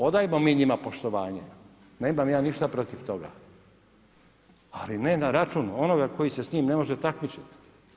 Odajmo mi njima poštovanje, nemam ja ništa protiv toga ali ne na račun onoga koji se s njim ne može takmičiti.